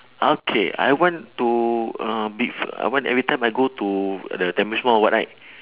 okay I want to uh bef~ I want every time I go to uh the tampines mall or what right